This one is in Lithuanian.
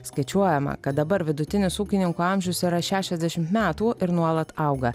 skaičiuojama kad dabar vidutinis ūkininkų amžius yra šešiasdešimt metų ir nuolat auga